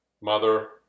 Mother